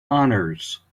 honors